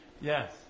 Yes